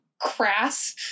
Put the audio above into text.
crass